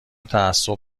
تعصب